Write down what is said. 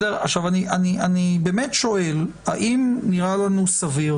אני באמת שואל האם נראה לנו סביר,